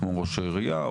כמו ראש העירייה.